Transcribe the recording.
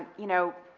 you know,